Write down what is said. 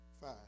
five